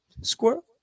squirrel